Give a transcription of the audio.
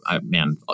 man